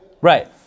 Right